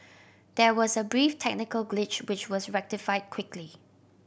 there was a brief technical glitch which was rectified quickly